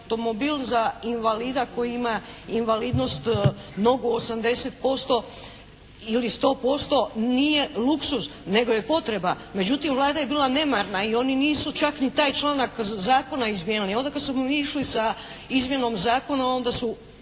automobil za invalida koji ima invalidnost nogu 80% ili 100% nije luksuz. Nego je potreba. Međutim, Vlada je bila nemarna i oni nisu čak ni taj članak zakona izmijenili. Onda kad smo mi išli sa izmjenom zakona onda su